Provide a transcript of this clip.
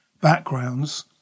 backgrounds